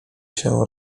się